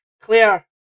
Clear